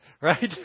right